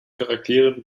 charakteren